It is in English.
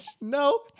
No